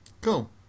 Cool